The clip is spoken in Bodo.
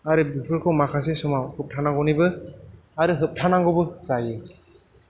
आरो बेफोरखौ माखासे समाव होबथा नांगौनिबो आरो होबथानांगौबो जायो